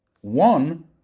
one